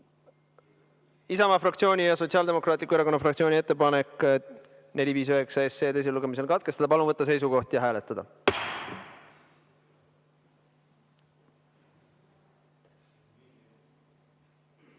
Isamaa fraktsiooni ja Sotsiaaldemokraatliku Erakonna fraktsiooni ettepanek 459 SE teisel lugemisel katkestada. Palun võtta seisukoht ja hääletada!